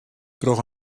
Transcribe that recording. troch